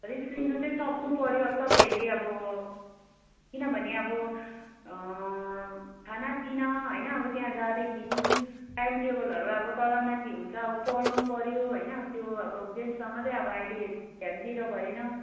रिक्स लिनु चाहिँ सक्नुपऱ्यो अब तपाईँहरूले अब किनभने अब खानापिना होइन अब त्यहाँ जाँदाखेरि टाइमटेबलहरू अब तलमाथि हुन्छ अब पढ्नु पऱ्यो होइन त्यो अब गेम्समा मात्रै अब अहिले ध्यान दिएर भएन